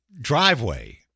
driveway